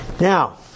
now